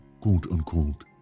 quote-unquote